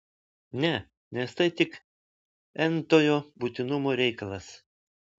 ne nes tai tik n tojo būtinumo reikalas